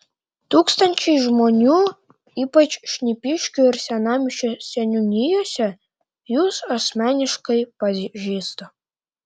tūkstančiai žmonių ypač šnipiškių ir senamiesčio seniūnijose jus asmeniškai pažįsta